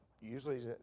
usually